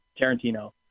Tarantino